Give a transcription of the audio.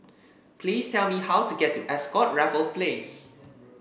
please tell me how to get to Ascott Raffles Place